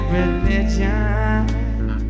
religion